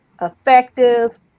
effective